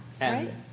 Right